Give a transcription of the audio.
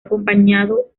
acompañado